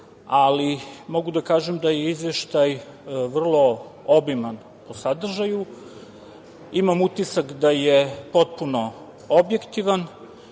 ali mogu da kažem da je Izveštaj vrlo obiman po sadržaju. Imam utisak da je potpuno objektivan